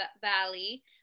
Valley